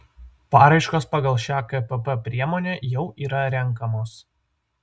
paraiškos pagal šią kpp priemonę jau yra renkamos